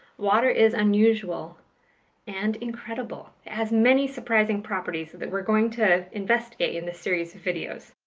water is unusual and incredible! it has many surprising properties that that we're going to investigate in this series of videos.